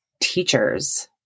teachers